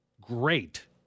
Great